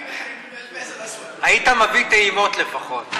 היית מביא טעימות לפחות.